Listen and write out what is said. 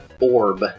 orb